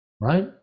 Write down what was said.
right